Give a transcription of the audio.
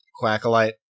Quackalite